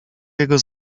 jego